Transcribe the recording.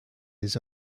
his